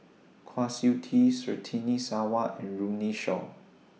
Kwa Siew Tee Surtini Sarwan and Runme Shaw